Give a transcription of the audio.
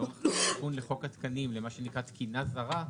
לאורך התיקון לחוק התקנים למה שנקרא תקינה זרה,